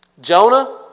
Jonah